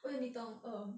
oh 你懂 err